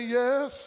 yes